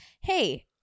Hey